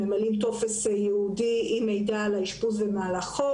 ממלאים טופס ייעודי עם מידע על האשפוז ומהלכו.